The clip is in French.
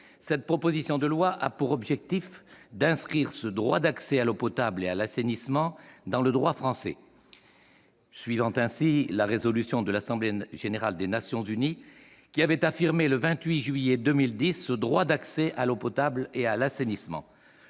Cette proposition de loi a pour objectif d'inscrire ce droit d'accès à l'eau potable et à l'assainissement dans le droit français, suivant ainsi la résolution de l'Assemblée générale des Nations unies, qui avait affirmé, le 28 juillet 2010, ce droit d'accès à l'eau potable et à l'assainissement.